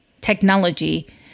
technology